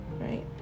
right